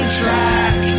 track